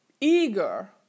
eager